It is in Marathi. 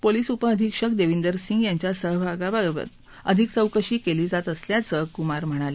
पोलीस उपअधिक्षक देविंदर सिंह यांच्या सहभागाबाबत अधिक चौकशी केली जात असल्याचं कुमार म्हणाले